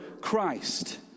Christ